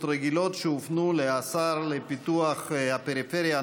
רגילות שהופנו לשר לפיתוח הפריפריה,